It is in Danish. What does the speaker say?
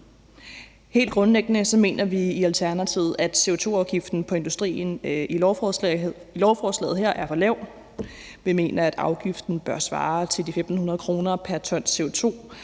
Helt grundlæggende mener vi i Alternativet, at CO2-afgiften på industrien i lovforslaget her er for lav. Vi mener, at afgiften bør svare til de 1.500 kr. pr. t CO2,